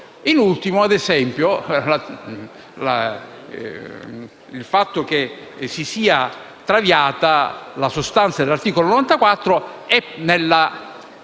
Da ultimo, ad esempio, il fatto che si sia traviata la sostanza dell'articolo 94 della